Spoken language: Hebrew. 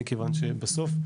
מכיוון שבסוף,